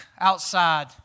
outside